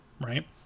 right